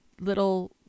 little